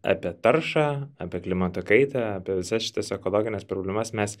apie taršą apie klimato kaitą apie visas šitas ekologines problemas mes